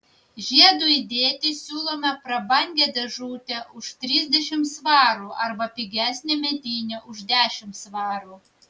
žiedui įdėti siūlome prabangią dėžutę už trisdešimt svarų arba pigesnę medinę už dešimt svarų